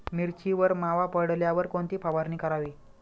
मिरचीवर मावा पडल्यावर कोणती फवारणी करावी?